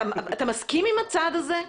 אתה מסכים עם הצעד הזה?